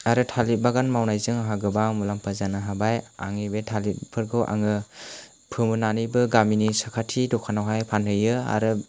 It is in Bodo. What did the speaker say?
आरो थालिर बागान मावनायजों आंहा गोबां मुलाम्फा जानो हाबाय आंनि बे थालिरफोरखौ आङो फोमोननानैबो गामिनि साखाथि दखानावहाय फानहैयो आरो